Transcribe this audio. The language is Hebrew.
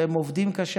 הם עובדים קשה,